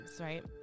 right